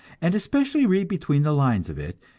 and especially read between the lines of it,